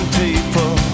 people